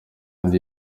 kandi